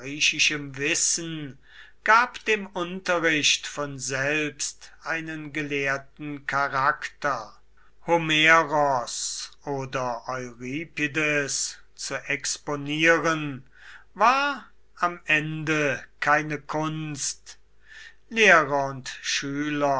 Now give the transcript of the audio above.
wissen gab dem unterricht von selbst einen gelehrten charakter horneros oder euripides zu exponieren war am ende keine kunst lehrer und schüler